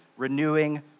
renewing